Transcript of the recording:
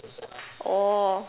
oh